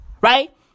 Right